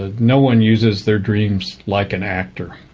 ah no-one uses their dreams like an actor.